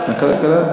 הכלכלה?